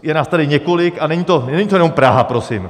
Je nás tady několik a není to jenom Praha, prosím.